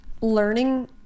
learning